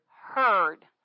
heard